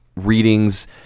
readings